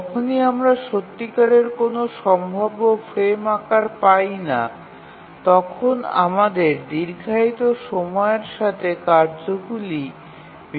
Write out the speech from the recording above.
যখনই আমরা সত্যিকারের কোনও সম্ভাব্য ফ্রেম আকার পাই না তখন আমাদের দীর্ঘায়িত সময়ের সাথে কার্যগুলি বিভক্ত করতে হয়